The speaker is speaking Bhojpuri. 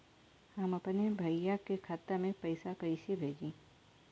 हम अपने भईया के खाता में पैसा कईसे भेजी?